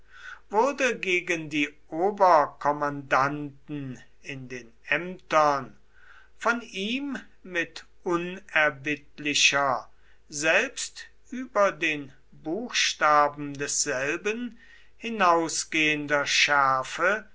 wurde gegen die oberkommandanten in den ämtern von ihm mit unerbittlicher selbst über den buchstaben desselben hinausgehender schärfe